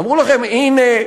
אמרו לכם: הנה,